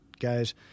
Guys